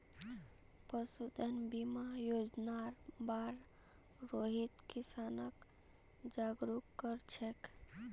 पशुधन बीमा योजनार बार रोहित किसानक जागरूक कर छेक